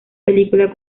película